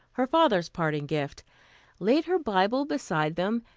her father's parting gift laid her bible beside them,